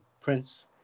Prince